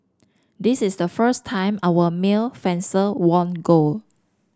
this is the first time our male fencer won gold